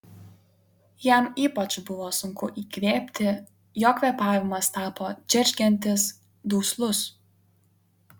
jam ypač buvo sunku įkvėpti jo kvėpavimas tapo džeržgiantis duslus